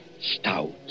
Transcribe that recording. stout